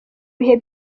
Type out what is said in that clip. bihe